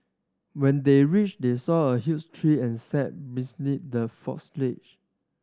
when they reached they saw a huge tree and sat the